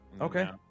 Okay